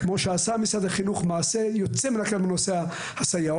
כמו שמשרד החינוך עשה מעשה יוצא מן הכלל בנושא הסייעות,